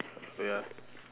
wait ah